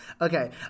Okay